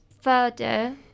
further